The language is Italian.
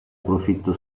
profitto